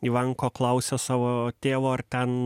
ivanko klausia savo tėvo ar ten